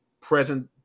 present